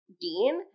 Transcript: Dean